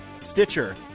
Stitcher